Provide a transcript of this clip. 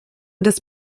des